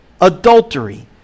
adultery